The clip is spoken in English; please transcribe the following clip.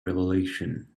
revelation